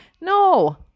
no